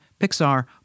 Pixar